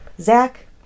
Zach